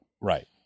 right